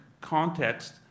context